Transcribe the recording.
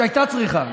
שהייתה צריכה,